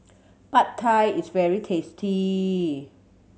Pad Thai is very tasty